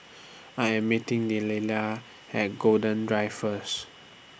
I Am meeting Delilah At Golden Drive First